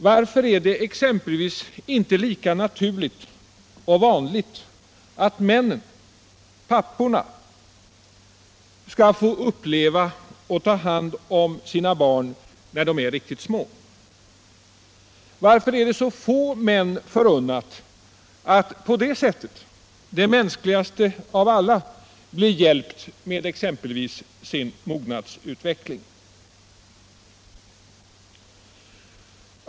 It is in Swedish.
Varför är det exempelvis inte lika naturligt och vanligt att männen — papporna — får uppleva detta att ta hand om sina barn när de är riktigt små? Varför är det så få män förunnat att på det sättet — det mänskligaste av alla — bli hjälpta med exempelvis den egna mognadsutvecklingen?